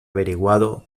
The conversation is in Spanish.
averiguado